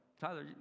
Tyler